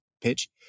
pitch